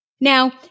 Now